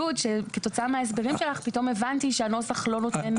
כתוצאה מההסברים שלך הבנתי פתאום שהנוסח לא נותן מענה.